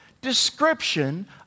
description